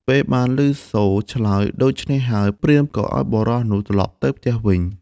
ពេលបានឮសូរឆ្លើយដូច្នេះហើយ ព្រាហ្មណ៍ក៏ឲ្យបុរសនោះត្រឡប់ទៅផ្ទះវិញ។